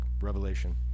Revelation